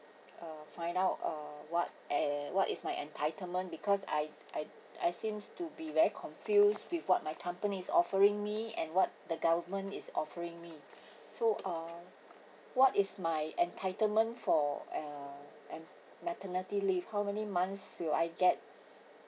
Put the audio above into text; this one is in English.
uh find out uh what en~ what is my entitlement because I I I seems to be very confused with what my company is offering me and what the government is offering me so uh what is my entitlement for uh ma~ maternity leave how many months will I get